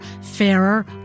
fairer